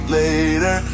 later